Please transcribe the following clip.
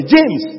James